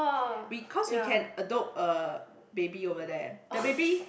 we cause we can adopt a baby over there the baby